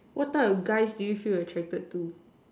what type of guys do you feel attracted to